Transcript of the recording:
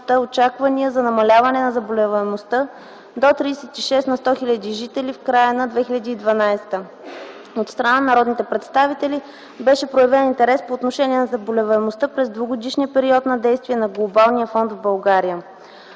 очаквания за намаляване на заболеваемостта до 36 на 100 хил. жители в края на 2012 г. От страна на народните представители беше проявен интерес по отношение на заболеваемостта през двугодишния период на действие на Глобалния фонд в България.